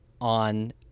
on